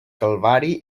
calvari